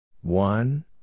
One